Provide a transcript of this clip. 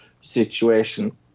situation